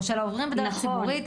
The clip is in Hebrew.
או של העוברים בדרך ציבורית,